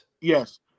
Yes